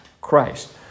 Christ